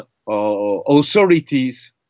authorities